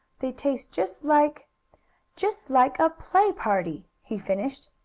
they taste just like just like a play-party! he finished.